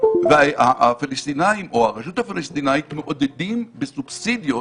והפלסטינים או הרשות הפלסטינית מעודדים בסובסידיות